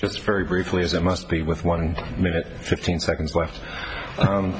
just very briefly is a must be with one minute fifteen seconds left